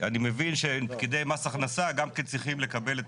אני מבין שפקידי מס הכנסה גם כן צריכים לקבל את